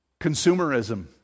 Consumerism